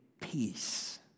peace